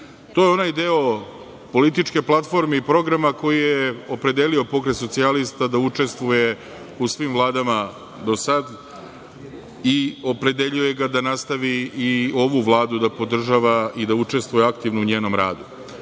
To je onaj deo političke platforme i programa koji je opredelio PS da učestvuje u svim Vladama, do sada, i opredeljuje ga da nastavi i ovu Vladu, da podržava i da učestvuje aktivno u njenom radu. To